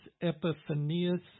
Epiphanius